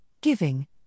Giving